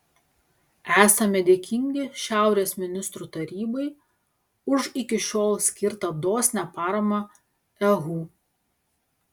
esame dėkingi šiaurės ministrų tarybai už iki šiol skirtą dosnią paramą ehu